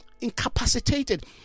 incapacitated